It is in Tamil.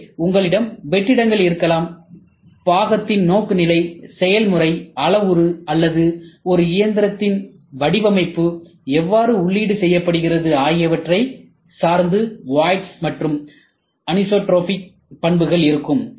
எனவே உங்களிடம் வெற்றிடங்கள் இருக்கலாம் பாகத்தின் நோக்குநிலை செயல்முறை அளவுரு அல்லது ஒரு இயந்திரத்தில் வடிவமைப்பு எவ்வாறு உள்ளீடு செய்யப்பட்டது ஆகியவற்றை சார்ந்து வாய்ட்ஸ் மற்றும் அனிசோட்ரோபிக் பண்புகள் இருக்கும்